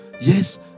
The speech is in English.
Yes